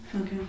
Okay